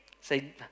Say